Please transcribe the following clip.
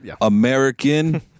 American